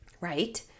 right